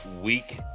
week